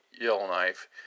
Yellowknife